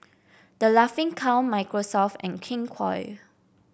The Laughing Cow Microsoft and King Koil